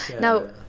Now